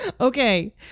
okay